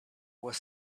was